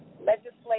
Legislative